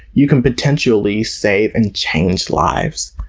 you can potentially save and change lives.